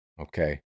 Okay